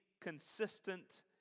consistent